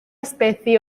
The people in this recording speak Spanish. especie